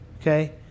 Okay